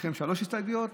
יש לכם שלוש הסתייגויות,